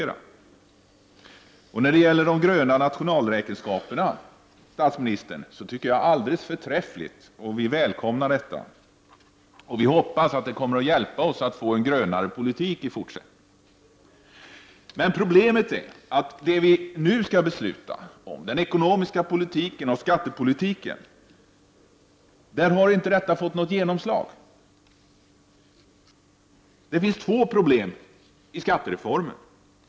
Vad statsministern sade om de gröna nationalräkenskaperna var alldeles förträffligt, och vi välkomnar det. Vi hoppas att det kommer att hjälpa oss att få en grönare politik i fortsättningen. Problemet är emellertid att detta inte har fått något genomslag på de områden som vi nu skall fatta beslut om, nämligen den ekonomiska politiken och skattepolitiken. Det finns i skattereformen två problem.